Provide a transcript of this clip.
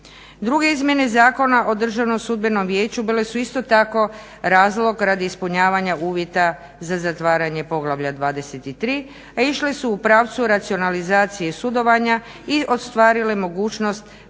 Drugo izmjene Zakona o Državnom sudbenom vijeću bile su isto tako razlog radi ispunjava uvjeta za zatvaranje poglavlja 23 a išle su u pravcu racionalizacije sudovanja i ostvarile mogućnost